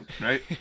Right